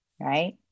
right